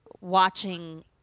watching